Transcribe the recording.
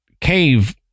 cave